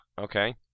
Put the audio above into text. okay